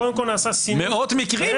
קודם כל נעשה סינון --- מאות מקרים,